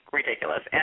ridiculous